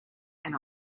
and